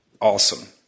awesome